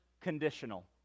conditional